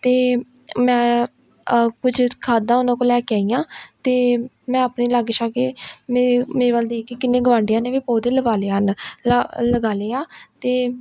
ਅਤੇ ਮੈਂ ਕੁਝ ਖਾਦਾਂ ਉਹਨਾਂ ਕੋਲ ਲੈ ਕੇ ਆਈ ਆਂ ਅਤੇ ਮੈਂ ਆਪਣੇ ਲਾਗੇ ਛਾਗੇ ਮੇਰੇ ਮੇਰੇ ਵੱਲ ਦੇਖ ਕੇ ਕਿੰਨੇ ਗੁਆਂਡੀਆਂ ਨੇ ਵੀ ਪੌਦੇ ਲਵਾ ਲਏ ਹਨ ਲਾ ਲਗਾ ਲਏ ਆ ਅਤੇ